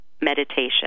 meditation